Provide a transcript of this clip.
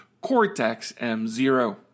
Cortex-M0